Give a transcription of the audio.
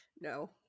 No